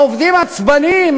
העובדים עצבניים,